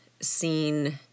seen